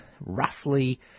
roughly